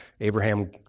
Abraham